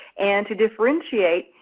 and to differentiate,